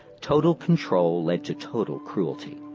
total control led to total cruelty.